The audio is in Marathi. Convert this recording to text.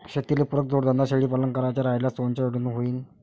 शेतीले पुरक जोडधंदा शेळीपालन करायचा राह्यल्यास कोनच्या योजनेतून होईन?